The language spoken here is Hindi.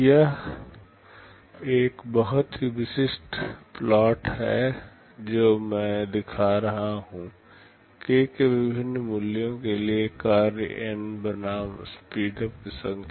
यह एक बहुत ही विशिष्ट प्लॉट है जो मैं दिखा रहा हूं k के विभिन्न मूल्यों के लिए कार्य N बनाम स्पीडअप की संख्या